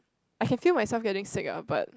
I can feel myself getting sick ah but